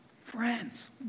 Friends